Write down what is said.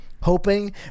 hoping